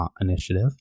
initiative